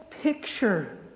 picture